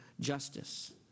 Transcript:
justice